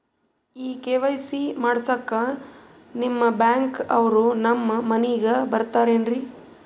ಈ ಕೆ.ವೈ.ಸಿ ಮಾಡಸಕ್ಕ ನಿಮ ಬ್ಯಾಂಕ ಅವ್ರು ನಮ್ ಮನಿಗ ಬರತಾರೆನ್ರಿ?